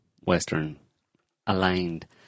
Western-aligned